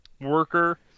worker